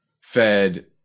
Fed